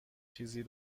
چیزی